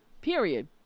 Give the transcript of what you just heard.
period